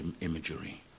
imagery